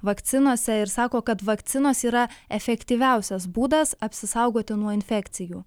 vakcinose ir sako kad vakcinos yra efektyviausias būdas apsisaugoti nuo infekcijų